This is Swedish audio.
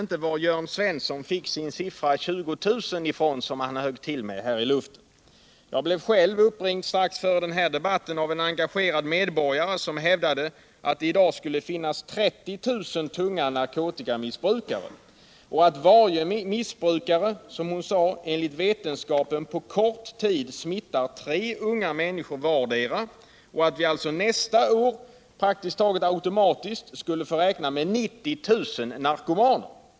inte varifrån Jörn Svensson fått siffran 20 000, som han högg till med här. Jag blev uppringd strax före den här debatten av en engagerad medborgare som hävdade att det i dag skulle finnas 30 000 tunga narkotikamissburkare, att varje missbrukare, som hon sade, enligt vetenskapen på kort tid ”smittar” tre unga människor och att vi alltså nästa år praktiskt taget automatiskt skulle få räkna med 90 000 narkomaner.